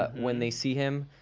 ah when they see him,